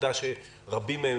העובדה שרבים מהם,